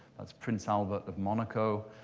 that's prince albert of monaco.